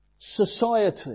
society